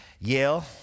Yale